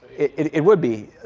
it would be.